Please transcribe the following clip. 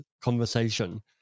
conversation